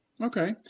Okay